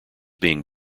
being